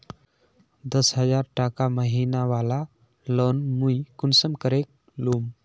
दस हजार टका महीना बला लोन मुई कुंसम करे लूम?